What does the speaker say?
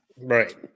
Right